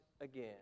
again